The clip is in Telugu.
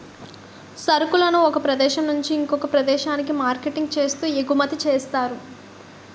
సరుకులను ఒక ప్రదేశం నుంచి ఇంకొక ప్రదేశానికి మార్కెటింగ్ చేస్తూ ఎగుమతి చేస్తారు